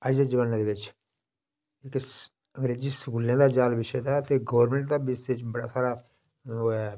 अज्ज दे जमाने दे बिच किश अंग्रेजी स्कूलें दा जाल बिछे दा ऐ ते गौरमैंट दी बी इसदे च बड़ा सारा ओह् ऐ